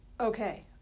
Okay